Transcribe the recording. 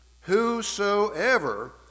Whosoever